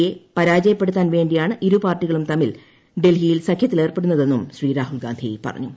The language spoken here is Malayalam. യെ പരാജയപ്പെടുത്താൻ വേണ്ടിയാണ് ഇരുപാർട്ടികളും തമ്മിൽ ഡൽഹിയിൽ സഖ്യത്തിലേർപ്പെടുന്നതെന്നും ശ്ച്ച് രാഹുൽഗാന്ധി പറഞ്ഞു